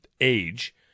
age